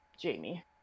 Jamie